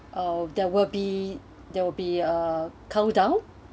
oh there will be there will be a count down